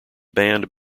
band